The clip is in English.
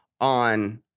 on